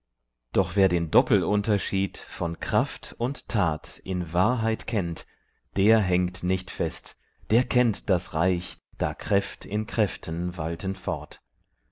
doch wer den doppelunterschied von kraft und tat in wahrheit kennt der hängt nicht fest der kennt das reich da kräft in kräften walten fort